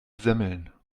semmeln